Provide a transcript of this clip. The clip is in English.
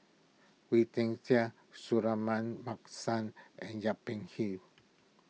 Wee Tian Siak Suratman Markasan and Yip Pin Xiu